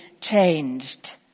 changed